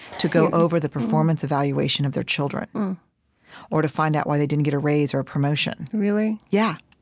to go over the performance evaluation of their children or to find out why they didn't get a raise or a promotion really? yeah,